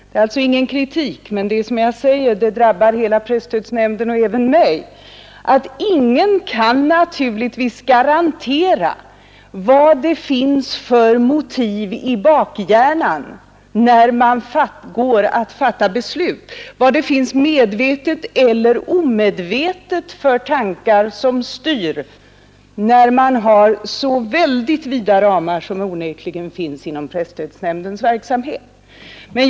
Det är alltså ingen kritik men det jag säger drabbar hela presstödsnämnden och även mig, nämligen att ingen kan garantera vad det finns för motiv i bakhjärnan, då man går att besluta, vad det medvetet eller omedvetet är för tankar som styr, när man har så väldigt vida ramar som onekligen finns för presstödsnämndens verksamhet.